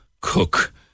Cook